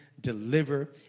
deliver